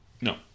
No